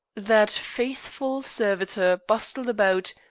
that faithful servitor bustled about,